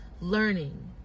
learning